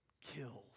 kills